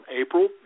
April